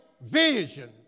vision